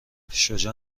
شجاع